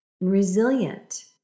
resilient